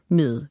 med